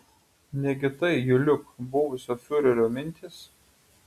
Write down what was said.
negi tai juliuk buvusio fiurerio mintys